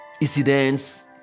incidents